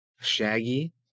Shaggy